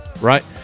Right